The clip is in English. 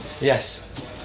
Yes